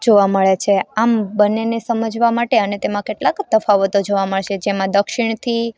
જોવા મળે છે આમ બન્નેને સમજવા માટે અને તેમાં કેટલાક તફાવતો જોવા મળશે જેમાં દક્ષિણથી